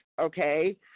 okay